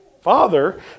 father